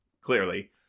clearly